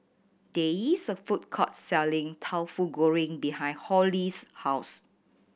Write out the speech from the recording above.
there is a food court selling Tauhu Goreng behind Holli's house